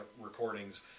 recordings